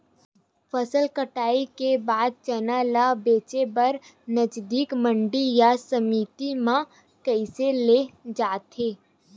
फसल कटाई के बाद चना ला बेचे बर नजदीकी मंडी या समिति मा कइसे ले जाथे?